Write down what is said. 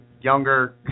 younger